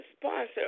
sponsor